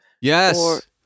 Yes